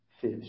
fish